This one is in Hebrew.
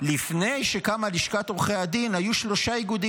לפני שקמה לשכת עורכי הדין היו שלושה איגודים